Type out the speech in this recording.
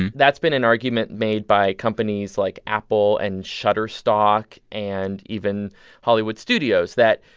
and that's been an argument made by companies like apple and shutterstock and even hollywood studios that,